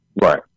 Right